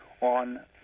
on